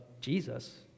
Jesus